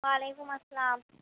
وعلیکم السّلام